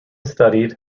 studied